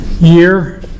Year